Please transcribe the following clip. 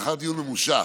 לאחר דיון ממושך